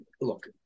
look